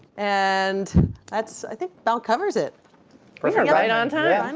and that's i think that covers it. we are yeah right on time. and